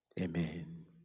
amen